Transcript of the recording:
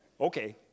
Okay